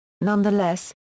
Nonetheless